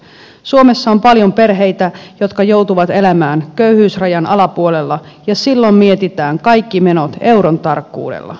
suomessa on paljon perheitä jotka joutuvat elämään köyhyysrahan alapuolella ja silloin mietitään kaikki menot euron tarkkuudella